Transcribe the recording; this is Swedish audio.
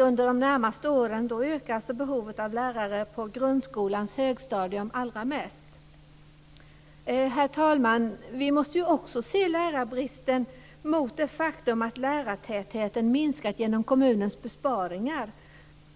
Under de närmaste åren ökar alltså behoven av lärare på grundskolans högstadium allra mest. Herr talman! Vi måste också se lärarbristen mot det faktum att lärartätheten minskat genom kommunernas besparingar.